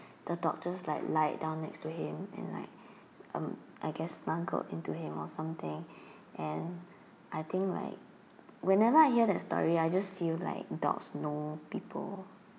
the dog just like lied down next to him and like um I guess snuggled into him or something and I think like whenever I hear that story I just feel like dogs know people